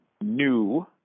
new